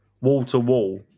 wall-to-wall